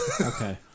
Okay